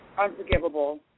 unforgivable